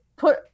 put